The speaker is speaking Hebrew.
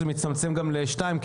זה גם מצטמצם לשתיים.